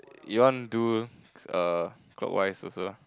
you want do err clockwise also lah